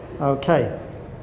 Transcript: Okay